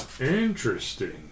Interesting